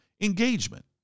engagement